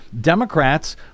democrats